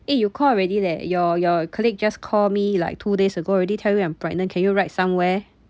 eh you call already leh your your colleague just call me like two days ago I already tell you I'm pregnant can you write somewhere